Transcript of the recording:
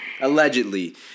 allegedly